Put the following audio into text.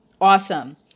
Awesome